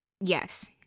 Yes